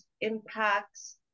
impacts